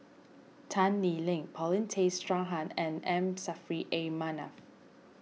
Tan Lee Leng Paulin Tay Straughan and M Saffri A Manaf